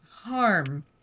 Harm